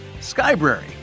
Skybrary